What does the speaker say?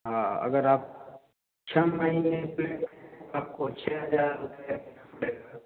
हाँ अगर आप छःमहीने में आपको छः हज़ार रुपये लगेगा